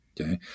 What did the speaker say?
Okay